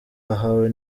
ahawe